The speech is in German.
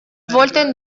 wollten